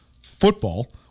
football